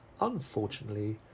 Unfortunately